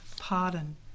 pardon